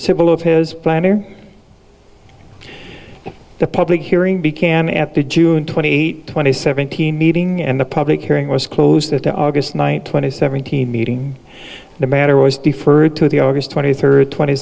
civil of his plan or the public hearing began at the june twenty eight twenty seventeen meeting and the public hearing was closed at the august night twenty seventeen meeting the matter was deferred to the aug twenty third tw